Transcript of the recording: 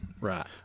Right